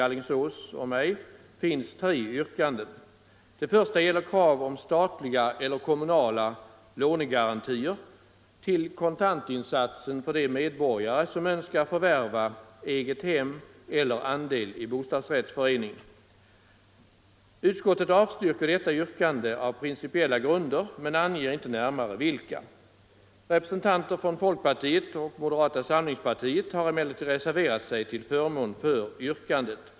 Det första yrkandet gäller krav om statliga eller kommunala lånegarantier till kontantinsatser för de medborgare som önskar förvärva eget hem eller andel i bostadsrättsförening. Utskottet avstyrker detta yrkande på principiella grunder men anger inte närmare vilka. Representanter för folkpartiet och moderata samlingspartiet har emellertid reserverat sig till förmån för yrkandet.